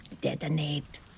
detonate